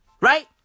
Right